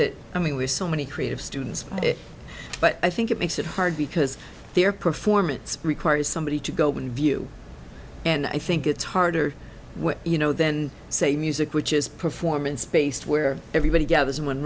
it i mean with so many creative students but i think it makes it hard because their performance requires somebody to go in view and i think it's harder when you know then say music which is performance based where everybody gathers in one